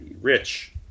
Rich